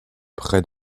près